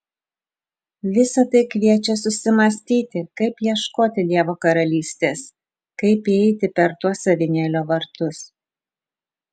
visa tai kviečia susimąstyti kaip ieškoti dievo karalystės kaip įeiti per tuos avinėlio vartus